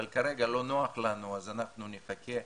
אבל כרגע לא נוח לנו, אז אנחנו נחכה,